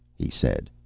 he said.